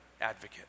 advocate